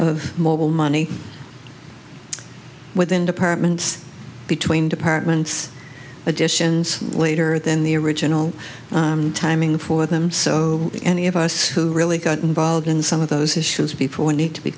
of mobile money within departments between departments additions later than the original timing for them so any of us who really got involved in some of those issues before need to be